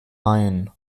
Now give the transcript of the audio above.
main